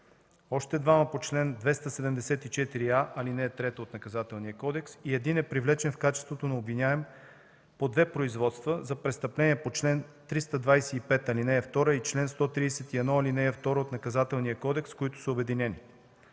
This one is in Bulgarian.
още двама по чл. 274а, ал. 3 от Наказателния кодекс и един е привлечен в качеството на обвиняем по две производства – за престъпление по чл. 325, ал. 2, и чл. 131, ал. 2 от Наказателния кодекс, които са обединени.